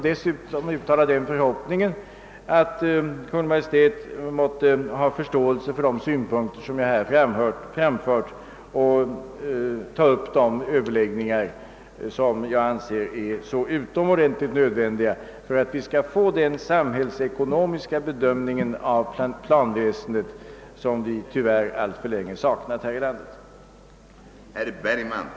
Dessutom vill jag uttala den förhoppningen att Kungl. Maj:t måtte ha förståelse för de synpunkter som jag här framfört och ta upp de överläggningar som jag anser är så utomordentligt nödvändiga för att vi skall kunna få den samhällsekonomiska bedömning av planväsendet som vi tyvärr alltför länge saknat här i landet.